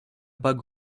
bug